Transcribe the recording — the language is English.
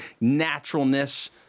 naturalness